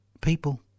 people